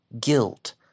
guilt